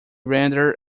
render